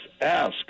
ask